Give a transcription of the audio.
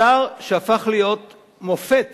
אתר שהפך להיות מופת